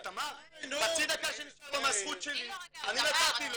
תמר, חצי דקה שנשאר לו מהזכות שלי, אני נתתי לו.